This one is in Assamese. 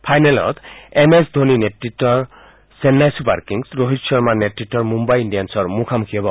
ফাইনেলত এম এছ ধোনিৰ নেত়ত্বৰ চেন্নাই ছুপাৰ কিংছ আৰু ৰোহিত শৰ্মাৰ নেতৃত্বৰ মুন্নাই ইণ্ডিয়ানছ মুখামুখি হ'ব